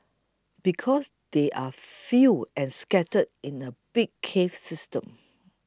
because they are few and scattered in a big cave system